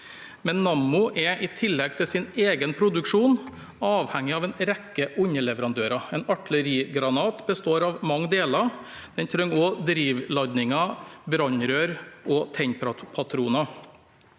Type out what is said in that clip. om. Nammo er, i tillegg til sin egen produksjon, avhengig av en rekke underleverandører. En artillerigranat består av mange deler; den trenger også drivladninger, brannrør og tennpatroner.